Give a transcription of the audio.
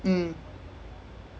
then women is like two million